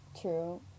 True